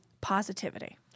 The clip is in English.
positivity